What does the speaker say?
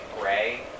gray